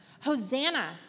Hosanna